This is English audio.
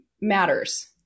matters